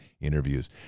interviews